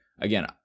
Again